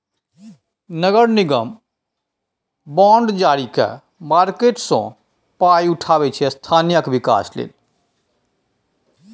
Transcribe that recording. नगर निगम बॉड जारी कए मार्केट सँ पाइ उठाबै छै स्थानीय बिकास लेल